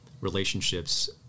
relationships